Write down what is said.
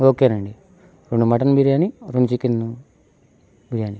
ఓకేనండీ రెండు మటన్ బిర్యానీ రెండు చికెను